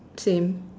same